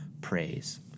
praise